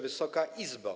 Wysoka Izbo!